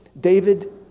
David